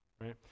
right